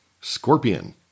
Scorpion